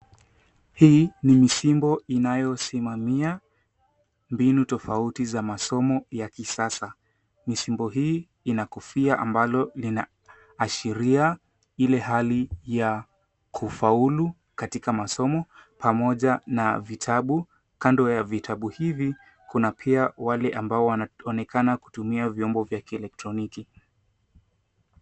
Hii ni misimbo inayosimamia mbinu tofauti za masomo ya kisasa. Misimbo hii ina kofia ambalo linaashiria ile hali ya kufaulu katika masomo pamoja na vitabu. Kando ya vitabu hivi kuna pia wale ambao wanaonekana kutumia vyombo vya kielektroniki.